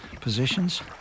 positions